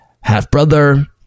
half-brother